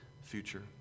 future